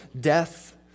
death